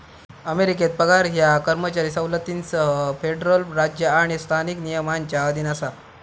अमेरिकेत पगार ह्यो कर्मचारी सवलतींसह फेडरल राज्य आणि स्थानिक नियमांच्या अधीन असा